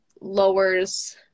lowers